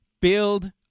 build